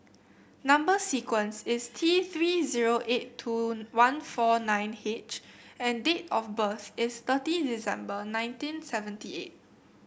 number sequence is T Three zero eight two one four nine H and date of birth is thirty December nineteen seventy eight